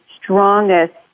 strongest